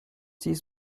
six